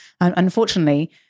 unfortunately